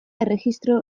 erregistro